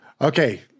Okay